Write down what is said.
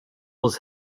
was